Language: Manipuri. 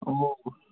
ꯑꯣ